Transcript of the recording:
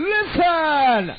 Listen